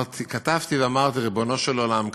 כתבתי ואמרתי: ריבונו של עולם,